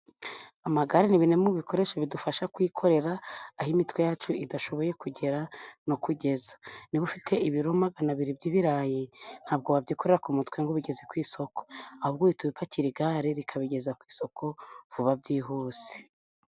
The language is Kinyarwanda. Amagare ni bimwe mu bikoresho bidufasha kwikorera aho imitwe yacu idashoboye kugera no kugeza, niba ufite ibiro magana abiri by'ibirayi, ntabwo wabyikorera ku mutwe ngo ubigeze ku isoko, ahubwo uhita ubipakira igare rikabigeza ku isoko vuba byihuse.